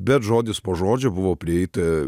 bet žodis po žodžio buvo prieita